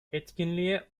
etkinliğe